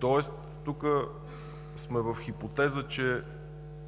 Тоест тук сме в хипотеза, че